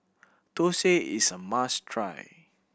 thosai is a must try